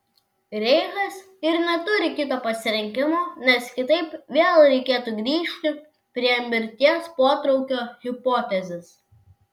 reichas ir neturi kito pasirinkimo nes kitaip vėl reikėtų grįžti prie mirties potraukio hipotezės